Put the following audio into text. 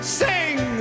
sing